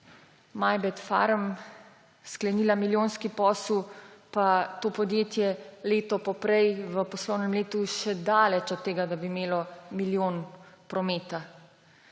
Pharm sklenila milijonski posel, pa to podjetje leto poprej v poslovnem letu daleč od tega, da bi imelo milijon prometa.